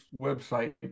website